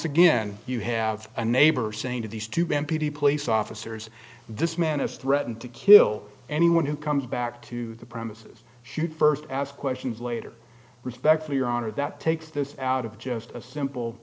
again you have a neighbor saying to these two men p d police officers this man has threatened to kill anyone who comes back to the premises shoot first ask questions later respectfully your honor that takes this out of just a simple